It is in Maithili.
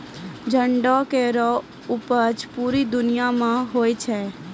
जंडो केरो उपज पूरे दुनिया म होय छै